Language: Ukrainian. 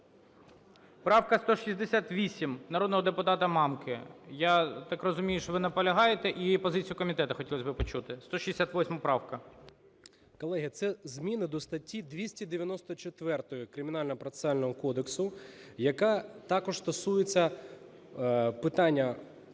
Правка 168 народного депутата Мамки. Я так розумію, що ви наполягаєте, і позицію комітету хотілось би почути. 168 правка. 13:25:44 МОНАСТИРСЬКИЙ Д.А. Колеги, це зміни до статті 294 Кримінального процесуального кодексу, яка також стосується питання,